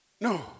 No